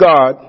God